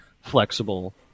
flexible